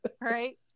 Right